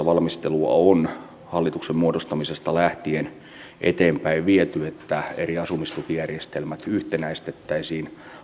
valmistelua on hallituksen muodostamisesta lähtien eteenpäin viety että eri asumistukijärjestelmät yhtenäistettäisiin